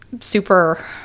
super